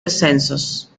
descensos